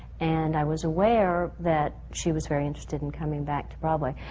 and i was aware that she was very interested in coming back to broadway.